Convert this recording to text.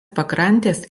pakrantės